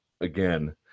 again